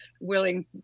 willing